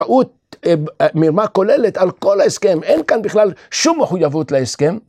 מרמה כוללת על כל ההסכם. אין כאן בכלל שום מחויבות להסכם.